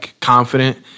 confident